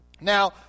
now